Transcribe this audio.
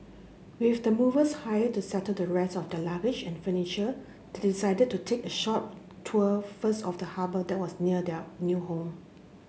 with the movers hired to settle the rest of their luggage and furniture they decided to take a short tour first of the harbour that was near their new home